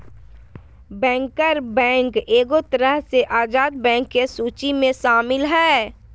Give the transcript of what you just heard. banker bank एगो तरह से आजाद बैंक के सूची मे शामिल हय